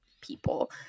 people